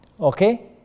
okay